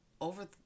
over